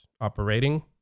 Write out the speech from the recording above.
Operating